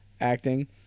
acting